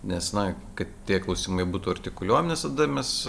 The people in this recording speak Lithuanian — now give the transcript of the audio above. nes na kad tie klausimai būtų artikuliuojami nes tada mes